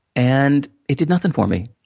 and, it did nothing for me.